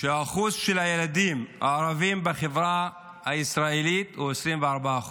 שהאחוז של הילדים הערבים בחברה הישראלית הוא 24%,